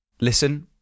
listen